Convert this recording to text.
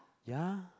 ya